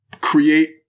create